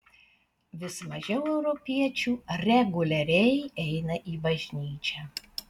vis mažiau europiečių reguliariai eina į bažnyčią